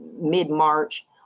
mid-March